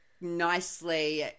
nicely